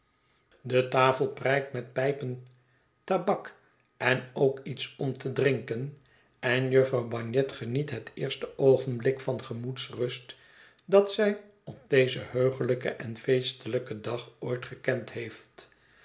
de tafel prijkt met pijpen tabak en ook iets om te drinken en jufvrouw bagnet geniet het eerste oogenblik van gemoedsrust dat zij op dezen heuglijken en feestelijken dag ooit gekend heeft